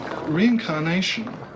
Reincarnation